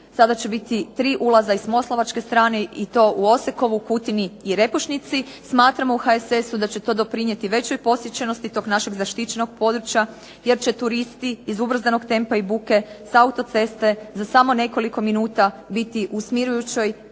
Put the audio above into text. sada će biti tri ulaza i s moslavačke strane i to u Osekovu, Kutini i Rekošnici. Smatramo u HSS-u da će to doprinijeti većoj posjećenosti tog našeg zaštićenog područja jer će turisti iz ubrzanog tempa i buke s autoceste za samo nekoliko minuta biti u smirujućoj